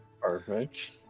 Perfect